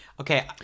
Okay